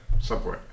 subway